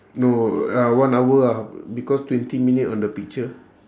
no ah one hour ah because twenty minute on the picture